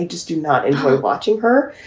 just do not enjoy watching her.